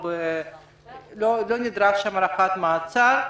כאשר לא נדרשת שם הארכת מעצר,